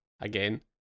again